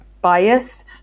bias